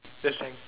yes thanks